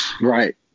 right